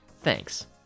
Thanks